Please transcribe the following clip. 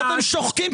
את רוצה עכשיו את